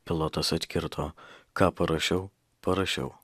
pilotas atkirto ką parašiau parašiau